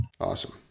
awesome